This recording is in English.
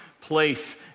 place